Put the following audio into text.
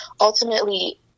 ultimately